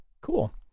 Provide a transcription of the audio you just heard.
Cool